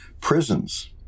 prisons